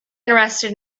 interested